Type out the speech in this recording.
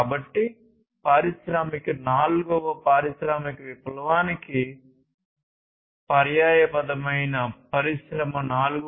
కాబట్టి పారిశ్రామిక నాల్గవ పారిశ్రామిక విప్లవానికి పర్యాయపదమైన పరిశ్రమ 4